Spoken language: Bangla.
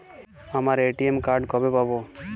আমার এ.টি.এম কার্ড কবে পাব?